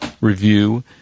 review